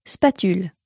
Spatule